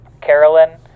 carolyn